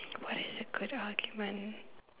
what is a good argument